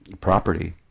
property